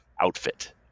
outfit